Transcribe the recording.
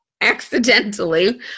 accidentally